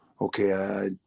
okay